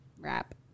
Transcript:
wrap